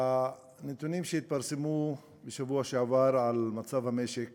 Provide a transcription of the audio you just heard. הנתונים שהתפרסמו בשבוע שעבר על מצב המשק